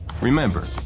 Remember